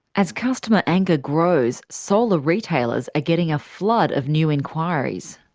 as customer anger grows, solar retailers are getting a flood of new enquiries.